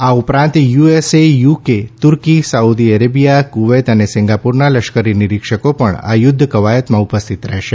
આ ઉપરાંત USA UK તુર્કી સાઉદી અરેબિયા કુવૈત અને સિંગાપુરના લશ્કરી નિરીક્ષકો પણ આ યુદ્ધ કવાયતમાં ઉપસ્થિત રહેશે